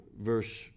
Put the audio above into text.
verse